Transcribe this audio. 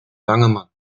bangemann